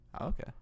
okay